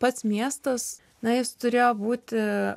pats miestas na jis turėjo būti